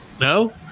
no